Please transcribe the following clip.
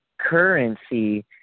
currency